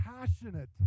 passionate